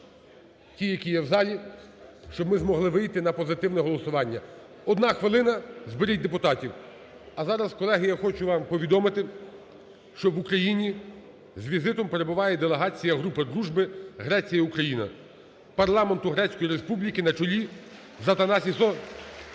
ті, які є в залі, щоб ми змогли вийти на позитивне голосування. Одна хвилина, зберіть депутатів. А зараз, колеги, я хочу вам повідомити, що в Україні з візитом перебуває делегація групи дружби Греція–Україна Парламенту Грецької Республіки на чолі з Атанасісом